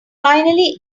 finally